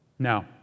Now